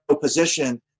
position